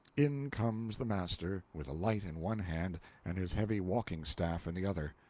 in comes the master, with a light in one hand and his heavy walking-staff in the other.